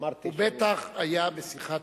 אמרתי, הוא בטח היה בשיחה.